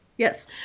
Yes